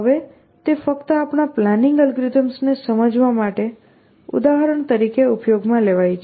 હવે તે ફક્ત આપણા પ્લાનિંગ અલ્ગોરિધમ્સને સમજાવવા માટે ઉદાહરણ તરીકે ઉપયોગમાં લેવાય છે